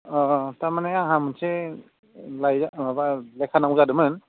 अ थारमाने आंहा मोनसे माबा लेखा नांगौ जादोंमोन